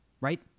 right